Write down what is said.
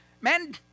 Men